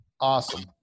Awesome